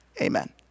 Amen